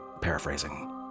paraphrasing